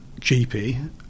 GP